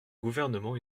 gouvernement